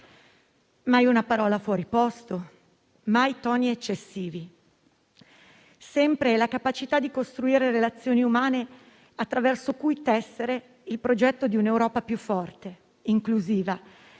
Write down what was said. Mai una parola fuori posto, mai toni eccessivi, sempre la capacità di costruire relazioni umane, attraverso cui tessere il progetto di un'Europa più forte, inclusiva, attenta